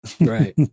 Right